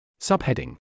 Subheading